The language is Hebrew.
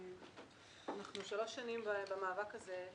אנחנו שלוש שנים במאבק הזה,